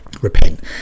repent